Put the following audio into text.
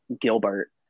gilbert